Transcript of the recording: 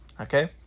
Okay